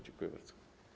Dziękuję bardzo.